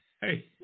Hey